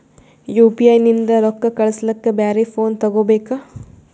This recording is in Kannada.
ಯು.ಪಿ.ಐ ನಿಂದ ರೊಕ್ಕ ಕಳಸ್ಲಕ ಬ್ಯಾರೆ ಫೋನ ತೋಗೊಬೇಕ?